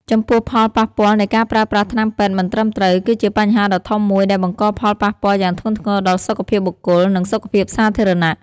ចំពោះផលប៉ះពាល់នៃការប្រើប្រាស់ថ្នាំពេទ្យមិនត្រឹមត្រូវ គឺជាបញ្ហាដ៏ធំមួយដែលបង្កផលប៉ះពាល់យ៉ាងធ្ងន់ធ្ងរដល់សុខភាពបុគ្គល និងសុខភាពសាធារណៈ ។